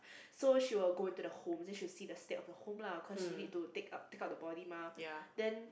so she will go the home then she will see the state of the home lah cause she need to take up to take up the body mah then